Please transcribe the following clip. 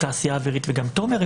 תעשייה אווירית וגם תומר,